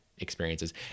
Experiences